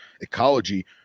ecology